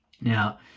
Now